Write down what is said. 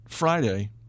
Friday